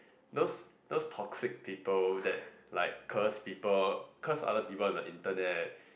those those toxic people that like curse people curse other people on the internet